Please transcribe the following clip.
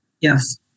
Yes